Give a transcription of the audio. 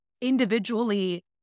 individually